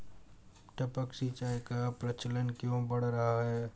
टपक सिंचाई का प्रचलन क्यों बढ़ रहा है?